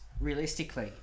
realistically